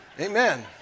Amen